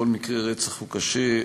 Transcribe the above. כל מקרה רצח הוא קשה,